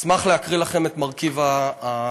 אשמח להקריא לכם גם את מרכיב ההסתה.